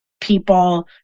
people